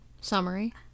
Summary